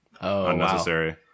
unnecessary